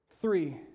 Three